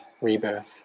rebirth